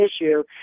issue